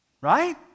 right